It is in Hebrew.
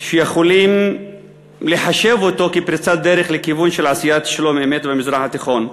שיכולים להחשיב אותו כפריצת דרך לכיוון של עשיית שלום-אמת במזרח התיכון.